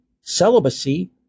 Celibacy